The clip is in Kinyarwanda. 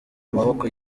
maboko